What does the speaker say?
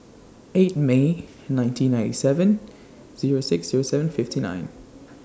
eight May nineteen ninety seven Zero six Zero seven fifty nine